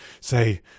say